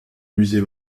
musée